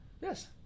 yes